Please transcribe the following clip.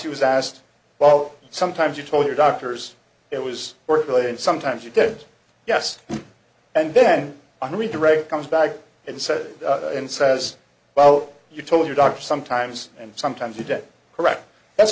he was asked well sometimes you told your doctors it was work related sometimes you did yes and then on redirect comes back inside and says well you told your doctor sometimes and sometimes you don't correct that's